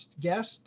guest